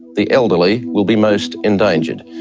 the elderly will be most endangered.